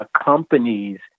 accompanies